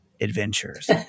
adventures